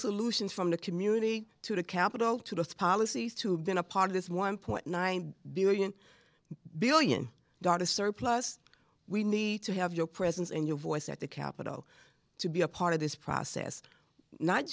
solutions from the community to the capital to those policies to been a part of this one point nine billion billion dollars surplus we need to have your presence and your voice at the capitol to be a part of this process not